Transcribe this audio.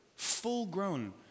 Full-grown